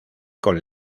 con